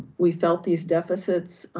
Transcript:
we felt these deficits,